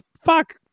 fuck